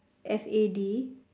F A D